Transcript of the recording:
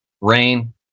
rain